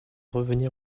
revenir